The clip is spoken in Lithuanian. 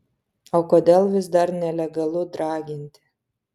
o kodėl vis dar nelegalu draginti